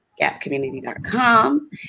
gapcommunity.com